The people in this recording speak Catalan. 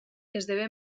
esdevé